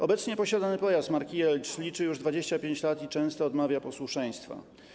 Obecnie posiadany pojazd marki Jelcz liczy już 25 lat i często odmawia posłuszeństwa.